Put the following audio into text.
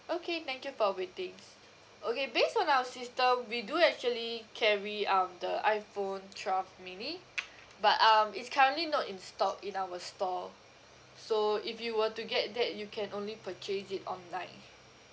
okay thank you for waitings okay based on our system we do actually carry um the iphone twelve mini but um is currently not in stock in our store so if you were to get that you can only purchase it online